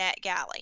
NetGalley